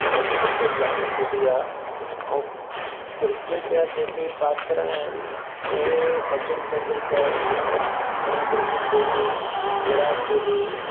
मां बि क्रिकेट जामु खेॾी आहे ऐं क्रिकेट ज जेके पात्र आहिनि उहे सचिन तेंदुल्कर महेन्द्र सिंह धोनी विराट कोहली